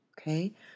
okay